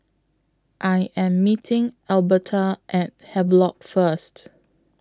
I Am meeting Elberta At Havelock First